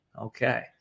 okay